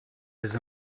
his